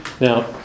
Now